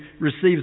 receives